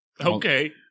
Okay